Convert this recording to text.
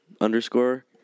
underscore